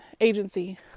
agency